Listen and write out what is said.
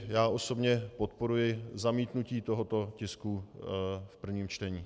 Já osobně podporuji zamítnutí tohoto tisku v prvním čtení.